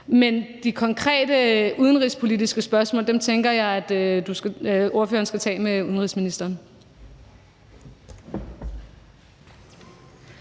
Men de konkrete udenrigspolitiske spørgsmål tænker jeg ordføreren skal tage med udenrigsministeren.